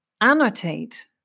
annotate